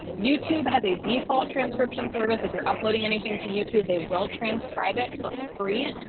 youtube has a default transcription service. if you're uploading anything to youtube, they will transcribe it for free.